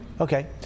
Okay